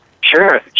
Sure